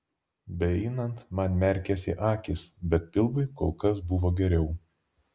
beeinant man merkėsi akys bet pilvui kol kas buvo geriau